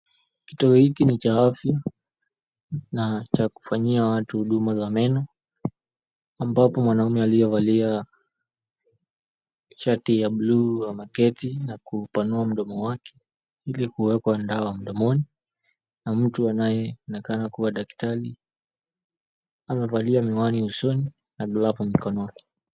Kituo hiki ni cha afya na cha kufanyia watu huduma za meno. Ambapo mwanamume aliyevalia, shati ya blue ameketi na kupanua mdomo wake, ili kuwekwa dawa mdomoni na mtu anayeonekana kuwa daktari, amevalia miwani usoni kando yake mkononi.